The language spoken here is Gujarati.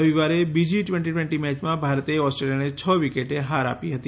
રવિવારે બીજી ટ્વેન્ટી ટ્વેન્ટી મેચમાં ભારતે ઓસ્ટ્રેલિયાને છ વિકેટે હાર આપી હતી